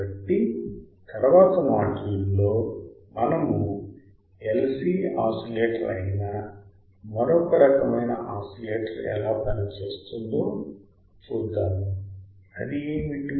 కాబట్టి తరువాతి మాడ్యూల్లో మనము LC ఆసిలేటర్ అయిన మరొక రకమైన ఆసిలేటర్ ఎలా పనిచేస్తుందో చూద్దాం అది ఏమిటి